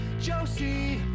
Josie